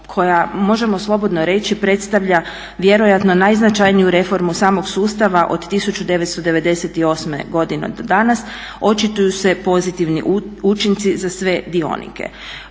koja možemo slobodno reći predstavlja vjerojatno najznačajniju reformu samog sustava od 1998. godine do danas. Očituju se pozitivni učinci za sve dionike.